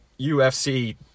UFC